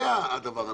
זה הדבר הנכון.